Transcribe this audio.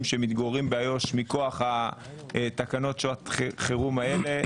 שמתגוררים באיו"ש מכוח תקנות שעת חירום האלה.